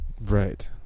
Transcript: right